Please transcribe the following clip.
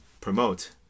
promote